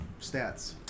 stats